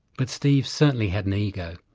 but steve certainly had an ego.